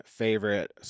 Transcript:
favorite